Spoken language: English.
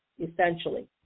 essentially